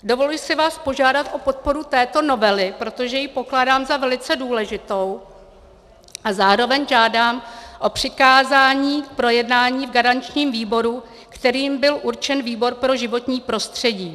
Dovoluji si vás požádat o podporu této novely, protože ji pokládám za velice důležitou, a zároveň žádám o přikázání k projednání v garančním výboru, kterým byl určen výbor pro životní prostředí.